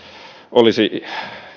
olisi